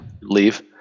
leave